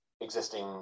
existing